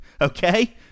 Okay